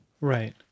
Right